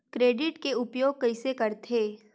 Credit के उपयोग कइसे करथे?